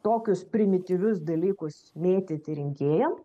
tokius primityvius dalykus mėtyti rinkėjam